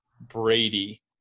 Brady